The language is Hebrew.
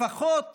לפחות